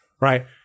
right